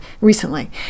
recently